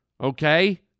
Okay